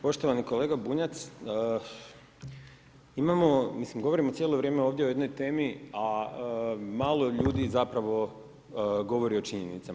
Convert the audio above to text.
Poštovani kolega Bunjac, imamo, mislim govorimo cijelo vrijeme ovdje o jednoj temi, a malo ljudi zapravo govori o činjenicama.